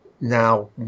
now